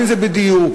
אם בדיור,